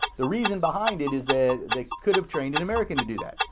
the reason behind it is that they could have trained in american to do that.